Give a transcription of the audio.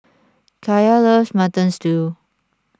Kaya loves Mutton Stew